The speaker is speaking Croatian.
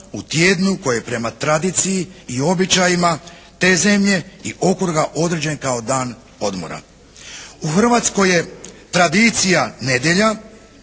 U Hrvatskoj je tradicija nedjelja,